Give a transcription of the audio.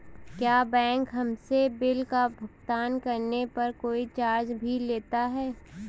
क्या बैंक हमसे बिल का भुगतान करने पर कोई चार्ज भी लेता है?